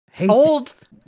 Old